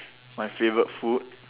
my favourite food